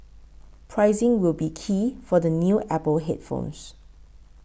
pricing will be key for the new Apple headphones